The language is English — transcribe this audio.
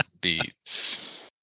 beats